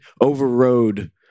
overrode